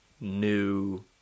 new